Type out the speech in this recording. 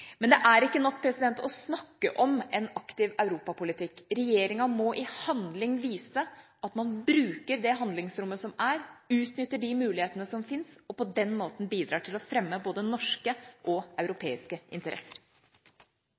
Men det er ikke nok å snakke om en aktiv europapolitikk. Regjeringa må i handling vise at man bruker det handlingsrommet som er, utnytter de mulighetene som fins, og på den måten bidrar til å fremme både norske og europeiske interesser.